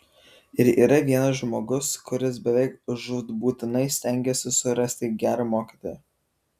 ir yra vienas žmogus kuris beveik žūtbūtinai stengiasi surasti gerą mokytoją